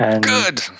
Good